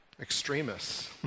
extremists